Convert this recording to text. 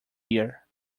year